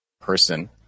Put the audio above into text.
person